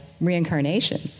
reincarnation